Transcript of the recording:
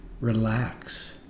relax